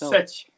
Sete